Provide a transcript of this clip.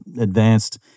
advanced